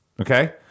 okay